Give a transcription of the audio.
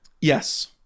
Yes